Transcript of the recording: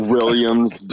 Williams